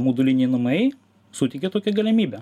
moduliniai namai suteikia tokią galimybę